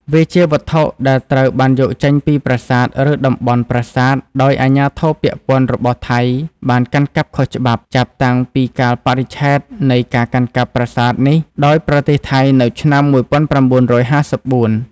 វាជាវត្ថុដែលត្រូវ បានយកចេញពីប្រាសាទឬតំបន់ប្រាសាទដោយអាជ្ញាធរពាក់ព័ន្ធរបស់ថៃបានកាន់កាប់ខុសច្បាប់ ចាប់តាំងពីកាលបរិច្ឆេទនៃការកាន់កាប់ប្រាសាទនេះដោយប្រទេសថៃ នៅឆ្នាំ១៩៥៤។